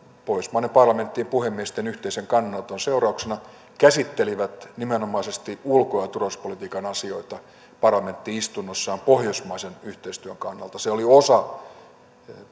pohjoismaiden parlamenttien puhemiesten yhteisen kannanoton seurauksena käsittelivät nimenomaisesti ulko ja turvallisuuspolitiikan asioita parlamentti istunnossaan pohjoismaisen yhteistyön kannalta se oli osa